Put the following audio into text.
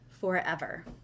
forever